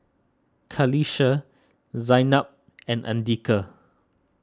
Qalisha Zaynab and andika